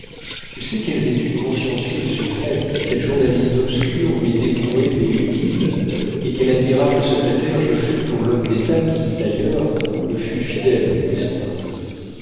tu sais quelles études consciencieuses j'ai faites quel journaliste obscur mais dévoué mais utile et quel admirable secrétaire je fus pour l'homme d'état qui d'ailleurs me fut fidèle en